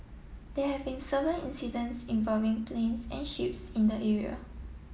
there have been seven incidents involving planes and ships in the area